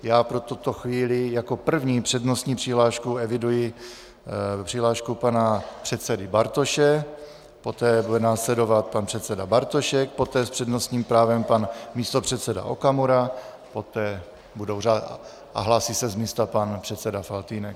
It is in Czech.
Já pro tuto chvíli jako první přednostní přihlášku eviduji přihlášku pana předsedy Bartoše, poté bude následovat pan předseda Bartošek, poté s přednostním právem pan místopředseda Okamura, z místa se hlásí pan předseda Faltýnek.